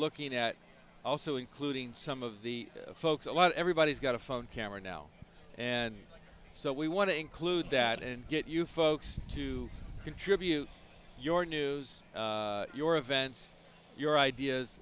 looking at also including some of the folks a lot everybody's got a phone camera now and so we want to include that and get you folks to contribute your news your events your ideas